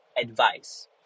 advice